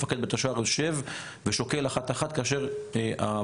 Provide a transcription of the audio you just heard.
מפקד בית הסוהר שוקל את הבקשה אחרי חוות